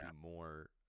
more